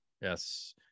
Yes